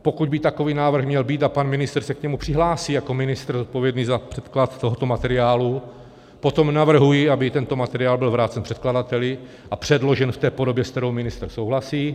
Pokud by takový návrh měl být a pan ministr se k němu přihlásí jako ministr zodpovědný za předklad tohoto materiálu, potom navrhuji, aby tento materiál byl vrácen předkladateli a předložen v podobě, se kterou ministr souhlasí.